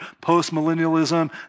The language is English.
post-millennialism